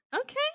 okay